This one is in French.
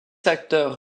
acteur